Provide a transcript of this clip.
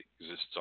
exists